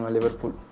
Liverpool